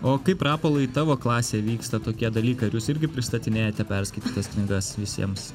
o kaip rapolai tavo klasėje vyksta tokie dalykai ar jūs irgi pristatinėjate perskaitytas knygas visiems